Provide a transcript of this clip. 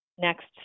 next